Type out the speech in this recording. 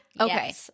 Okay